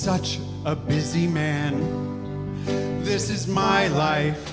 such a busy man this is my life